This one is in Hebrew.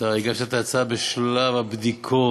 ואתה הגשת את ההצעה בשלב הבדיקות,